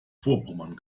vorpommern